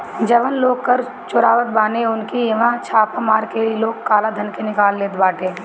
जवन लोग कर चोरावत बाने उनकी इहवा छापा मार के इ लोग काला धन के निकाल लेत बाटे